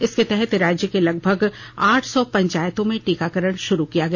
इसके तहत राज्य के लगभग आठ सौ पंचायतों में टीकारण शुरू किया गया